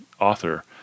author